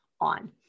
on